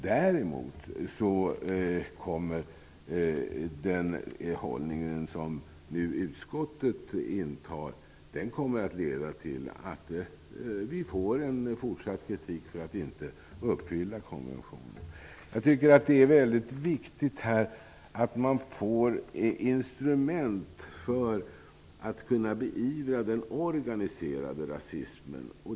Däremot kommer den hållning som utskottet intar att leda till att vi får fortsatt kritik för att vi inte uppfyller konventionen. Det är mycket viktigt att vi får ett instrument för att kunna beivra den organiserade rasismen.